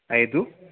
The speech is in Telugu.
ఐదు